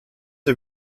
are